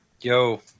Yo